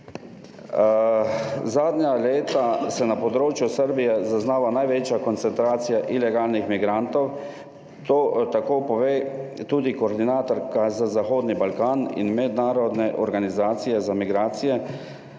Zadnja leta se na področju Srbije zaznava največja koncentracija ilegalnih migrantov, to tako pove tudi koordinatorka za Zahodni Balkan in Mednarodne organizacije za migracije